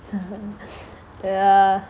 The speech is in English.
ya